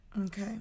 Okay